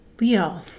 Leo